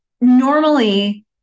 normally